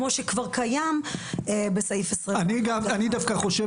כמו שכבר קיים בסעיף 21. אני דווקא חושב